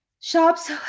shops